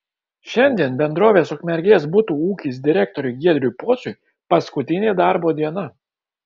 šiandien bendrovės ukmergės butų ūkis direktoriui giedriui pociui paskutinė darbo diena